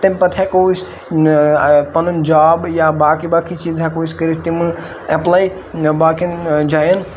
تمہِ پَتہٕ ہیٚکو أسۍ پَنُن جاب یا باقٕے باقٕے چیٖز ہیٚکو أسۍ کٔرِتھ تِمہٕ ایٚپلَے باقٕیَن جایَن